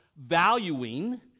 valuing